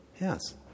Yes